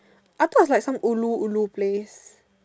I thought it was like some ulu ulu place